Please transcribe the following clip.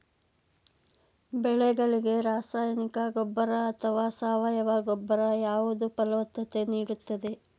ಬೆಳೆಗಳಿಗೆ ರಾಸಾಯನಿಕ ಗೊಬ್ಬರ ಅಥವಾ ಸಾವಯವ ಗೊಬ್ಬರ ಯಾವುದು ಫಲವತ್ತತೆ ನೀಡುತ್ತದೆ?